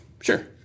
sure